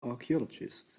archaeologists